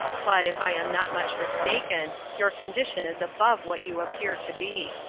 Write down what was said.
but, if i am not much mistaken, your condition is above what you appear to be.